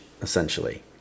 essentially